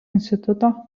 instituto